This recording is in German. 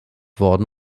worden